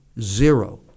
zero